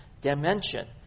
dimension